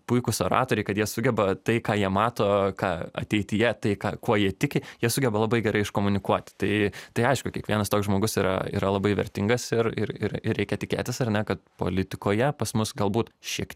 puikūs oratoriai kad jie sugeba tai ką jie mato ką ateityje tai kuo jie tiki jie sugeba labai gerai iškomunikuoti tai tai aišku kiekvienas toks žmogus yra yra labai vertingas ir ir ir ir reikia tikėtis ar ne kad politikoje pas mus galbūt šiek